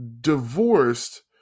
divorced